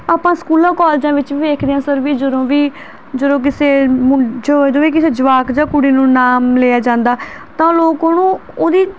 ਆਪਾਂ ਸਕੂਲਾਂ ਕਾਲਜਾਂ ਵਿੱਚ ਵੇਖਦੇ ਹਾਂ ਸਰ ਵੀ ਜਦੋਂ ਵੀ ਜਦੋਂ ਕਿਸੇ ਮੁੰ ਜਦੋਂ ਵੀ ਕਿਸੇ ਜਵਾਕ ਜਾਂ ਕੁੜੀ ਨੂੰ ਨਾਮ ਲਿਆ ਜਾਂਦਾ ਤਾਂ ਲੋਕ ਉਹਨੂੰ ਉਹਦੀ